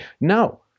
No